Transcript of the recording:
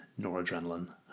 noradrenaline